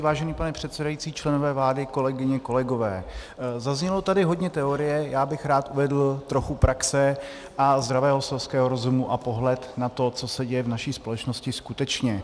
Vážený pane předsedající, členové vlády, kolegyně, kolegové, zaznělo tady hodně teorie, já bych rád uvedl trochu praxe a zdravého selského rozumu a pohled na to, co se děje v naší společnosti skutečně.